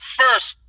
first